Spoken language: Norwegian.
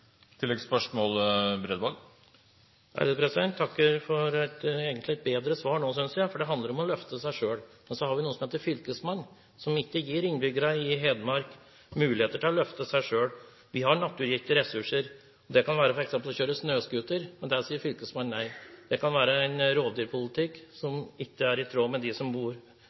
takker for et egentlig bedre svar, for det handler om å løfte seg selv. Men vi har noe som heter «fylkesmann», som ikke gir innbyggerne i Hedmark muligheter til å løfte seg selv. Vi har naturgitte ressurser, f.eks. muligheten til å kjøre snøscooter, men der sier fylkesmannen nei, det kan være en rovdyrpolitikk som ikke er i tråd med ønskene til dem som bor